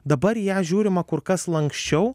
dabar į ją žiūrima kur kas lanksčiau